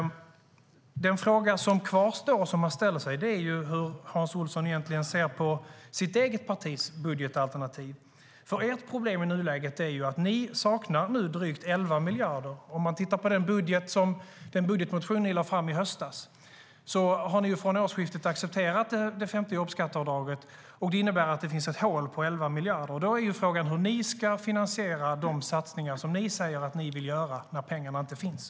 Den fråga som kvarstår och som man ställer sig är hur Hans Olsson egentligen ser på sitt eget partis budgetalternativ. Ert problem i nuläget är att ni saknar drygt 11 miljarder. Man kan titta på den budgetmotion som ni lade fram i höstas. Ni har från årsskiftet accepterat det femte jobbskatteavdraget, och det innebär att det finns ett hål på 11 miljarder. Då är frågan hur ni ska finansiera de satsningar som ni säger att ni vill göra, när pengarna inte finns.